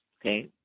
Okay